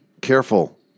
careful